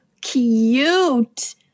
cute